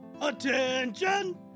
Attention